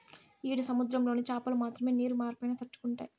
ఈడ సముద్రంలోని చాపలు మాత్రమే నీరు మార్పైనా తట్టుకుంటాయి